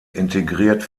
integriert